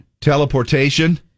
teleportation